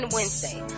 Wednesday